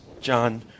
John